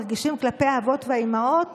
מרגישים כלפי האבות והאימהות